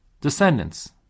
descendants